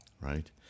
right